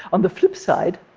on the flip side,